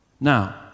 Now